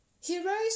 Heroes